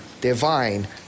divine